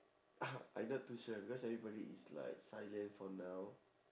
I not too sure because everybody is like silent for now